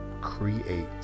create